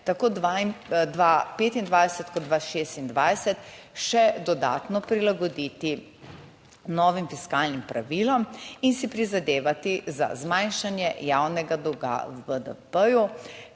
tako 2025 kot 2026 še dodatno prilagoditi. Novim fiskalnim pravilom in si prizadevati za zmanjšanje javnega dolga v BDP,